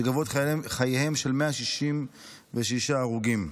שגבו את חייהם של 166 הרוגים.